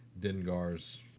Dengar's